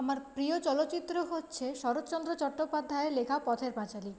আমার প্রিয় চলচ্চিত্র হচ্ছে শরৎচন্দ্র চট্টোপাধ্যায়ের লেখা পথের পাঁচালী